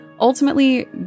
ultimately